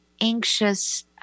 anxious